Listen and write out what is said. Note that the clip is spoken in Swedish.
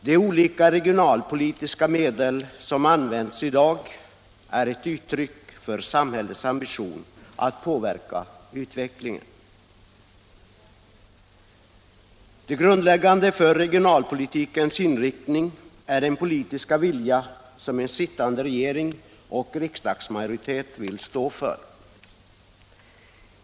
De olika regionalpolitiska medel som används i dag är ett uttryck för samhällets ambition att påverka utvecklingen. Det grundläggande för regionalpolitikens inriktning är den vilja som en sittande regering och en riksdagsmajoritet har.